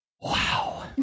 Wow